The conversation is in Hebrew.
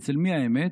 אצל מי האמת